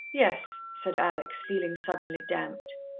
yes, said alex, feeling suddenly damped.